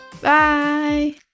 Bye